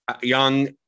Young